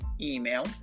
email